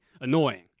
annoying